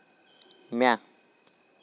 म्या